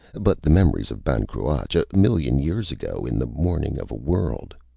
but the memories of ban cruach, a million years ago in the morning of a world.